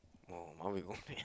!wow!